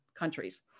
countries